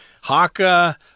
Haka